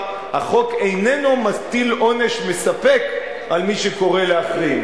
החוק איננו מטיל עונש מספק על מי שקורא להחרים.